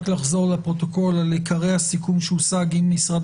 אנא תחזרי לפרוטוקול על עיקרי הסיכום שהושג עם המשרד